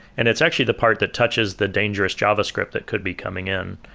and it's actually the part that touches the dangerous javascript that could be coming in.